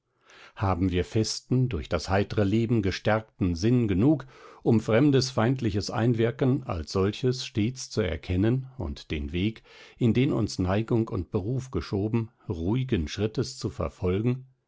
haben wir festen durch das heitre leben gestärkten sinn genug um fremdes feindliches einwirken als solches stets zu erkennen und den weg in den uns neigung und beruf geschoben ruhigen schrittes zu verfolgen